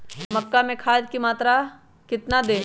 मक्का में खाद की मात्रा कितना दे?